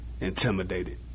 intimidated